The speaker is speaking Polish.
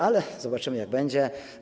Ale zobaczymy, jak będzie.